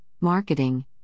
marketing